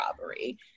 robbery